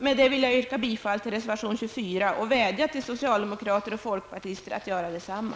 Med detta vill jag yrka bifall till reservation nr 24, och jag vädjar till socialdemokrater och folkpartister att göra detsamma.